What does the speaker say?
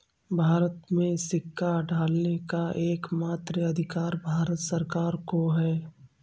भारत में सिक्का ढालने का एकमात्र अधिकार भारत सरकार को है